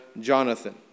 Jonathan